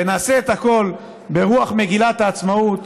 ונעשה את הכול ברוח מגילת העצמאות,